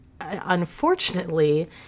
unfortunately